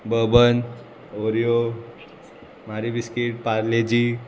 bourbon Oreo Marie biscuit Parle G